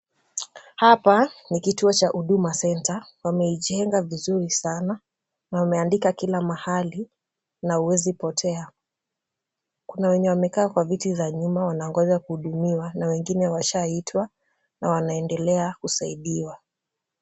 Hapa ni kituo cha huduma center. Wameijenga vizuri sana na wameandika kila mahali na huezi potea. Kuna wenye wamekaa kwa viti za nyuma wanangoja kuhudumiwa na wengine washa itwa na wanaendelea kusaidiwa.